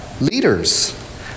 leaders